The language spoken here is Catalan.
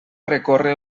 recórrer